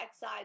side